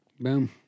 Boom